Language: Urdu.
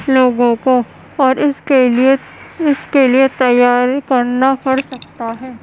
لوگوں کو اور اس کے لیے اس کے لیے تیاری کرنا پڑ سکتا ہے